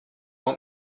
want